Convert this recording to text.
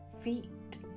feet